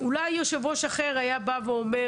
אולי יושב-ראש אחר היה אומר: